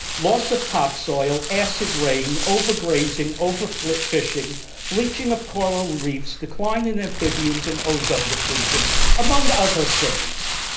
loss of topsoil, acid rain, over-grazing, over-fishing, bleaching of coral reefs, decline in amphibians, and ozone depletion among other things.